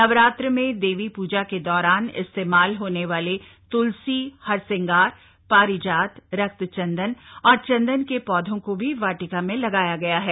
नवरात्र में देवी पूजा के दौरान इस्तेमाल होने वाले तूलसी हारश्रंगार पारिजात रक्त चंदन चन्दन के पौधों को भी वाटिका में लगाया गया है